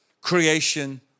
creation